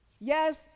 Yes